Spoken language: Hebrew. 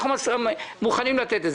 אנחנו מוכנים לתת את זה.